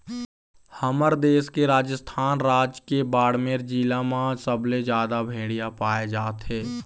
हमर देश के राजस्थान राज के बाड़मेर जिला म सबले जादा भेड़िया पाए जाथे